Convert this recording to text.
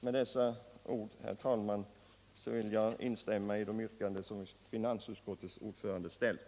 Med dessa ord, herr talman, instämmer jag i det yrkande som finansutskottets ordförande ställde.